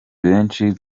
benshi